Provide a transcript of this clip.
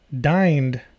dined